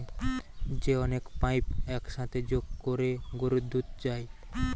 যে অনেক পাইপ এক সাথে যোগ কোরে গরুর দুধ যায়